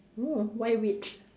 oh why witch